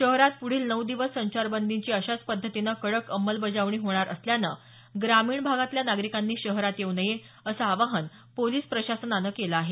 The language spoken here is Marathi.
शहरात पुढील नऊ दिवस संचारबंदीची अशाच पध्दतीनं कडक अंमलबजावणी होणार असल्यानं ग्रामीण भागातल्या नागरिकांनी शहरात येऊ नये असं आवाहन पोलीस प्रशासनाच्यावतीनं करण्यात आलं आहे